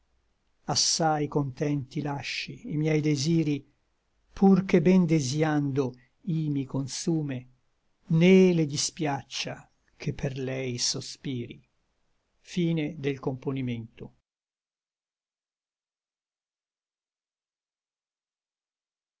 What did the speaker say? assai contenti lasci i miei desiri pur che ben desïando i mi consume né le dispiaccia che per lei sospiri or